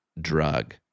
drug